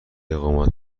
اقامت